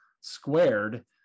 squared